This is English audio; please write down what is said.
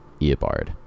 Eobard